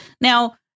Now